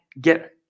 get